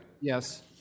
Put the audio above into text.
Yes